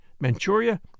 Manchuria